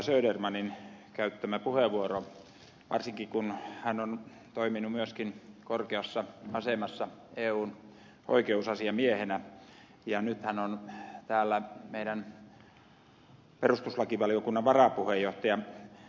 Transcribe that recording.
södermanin käyttämä puheenvuoro varsinkin kun hän on toiminut myöskin korkeassa asemassa eun oikeusasiamiehenä ja nyt hän on täällä meidän perustuslakivaliokunnan varapuheenjohtaja